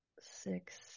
Six